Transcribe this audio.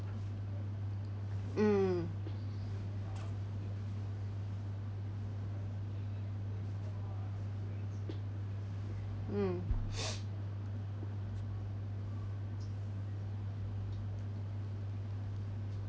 mm mm